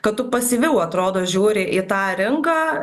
kad tu pasyviau atrodo žiūri į tą rinką